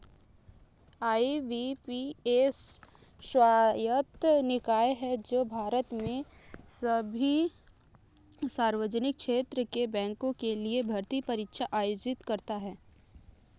IBPS स्वायत्त निकाय है जो भारत में सभी सार्वजनिक क्षेत्र के बैंकों के लिए भर्ती परीक्षा आयोजित करता है